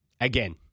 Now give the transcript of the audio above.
again